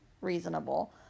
reasonable